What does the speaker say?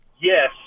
yes